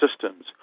systems